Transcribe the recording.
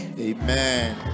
Amen